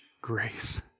grace